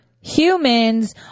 humans